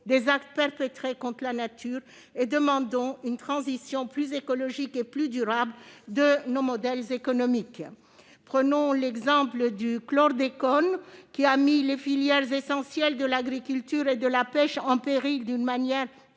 des actes perpétrés contre la nature et demandons une transition plus écologique et plus durable de nos modèles économiques. Le chlordécone a mis les filières essentielles de l'agriculture et de la pêche en péril d'une manière